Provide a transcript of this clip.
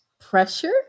Pressure